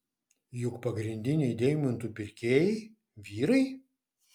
juk pagrindiniai deimantų pirkėjai vyrai